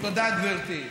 תודה, גברתי.